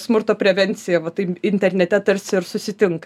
smurto prevenciją va tai m internete tarsi ir susitinka